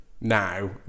now